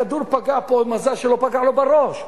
הכדור פגע פה, מזל שלא פגע בו בראש.